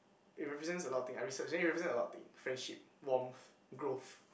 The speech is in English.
it represents a lot of thing I research then it represent a lot of thing friendship warmth growth